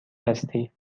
هستی